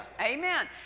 Amen